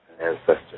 ancestor